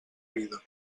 vida